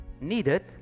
needed